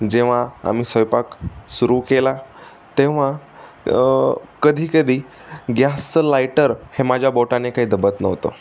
जेव्हा आम्ही स्वयं पाक सुरू केला तेव्हा कधी कधी गॅसचं लायटर हे माझ्या बोटाने काय दाबत नव्हतं